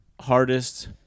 hardest